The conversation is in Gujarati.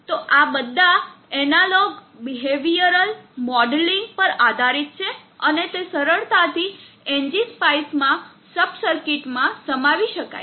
તો આ બધા એનાલોગ બિહેવિયરલ મોડેલિંગ પર આધારિત છે અને તે સરળતાથી એનજીસ્પાઈસ માં સબ સર્કિટ્સમાં સમાવી શકાય છે